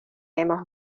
hemos